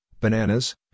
bananas